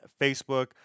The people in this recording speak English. Facebook